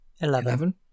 Eleven